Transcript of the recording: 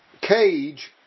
cage